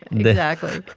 the haggler.